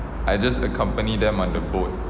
I just accompany them on the boat